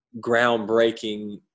groundbreaking